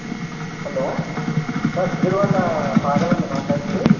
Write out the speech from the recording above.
hello sir Sudheer వాళ్ళ ఫాదరా అండీ మాట్లాడేది